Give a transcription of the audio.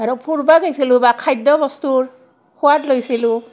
আৰু ফূৰবা গৈছিলোঁ বা খাদ্য বস্তুৰ সোৱাদ লৈছিলোঁ